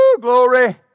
glory